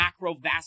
macrovascular